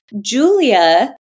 Julia